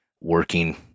working